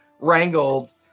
wrangled